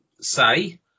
say